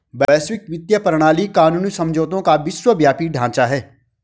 वैश्विक वित्तीय प्रणाली कानूनी समझौतों का विश्वव्यापी ढांचा है